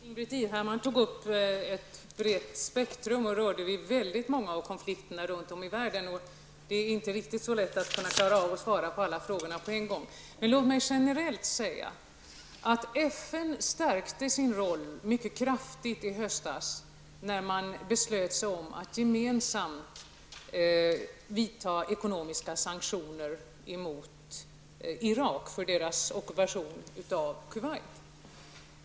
Herr talman! Ingbritt Irhammar tog upp ett vitt spektrum av frågor och berörde många konflikter runt om i världen. Det är inte riktigt så lätt att svara på alla frågor på en gång, men låt mig generellt säga att FN stärkte sin roll mycket kraftigt i höstas när man beslöt sig för att vidta ekonomiska sanktioner mot Irak för Iraks ockupation av Kuwait.